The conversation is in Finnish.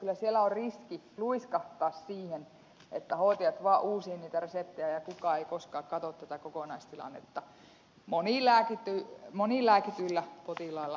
kyllä siellä on riski luiskahtaa siihen että hoitajat vaan uusivat niitä reseptejä ja kukaan ei koskaan katso sitä kokonaistilannetta monilääkityillä potilailla nimenomaan